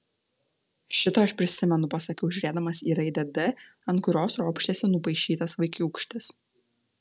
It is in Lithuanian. šitą aš prisimenu pasakiau žiūrėdamas į raidę d ant kurios ropštėsi nupaišytas vaikiūkštis